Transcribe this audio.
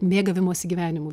mėgavimosi gyvenimu